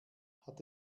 hat